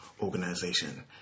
organization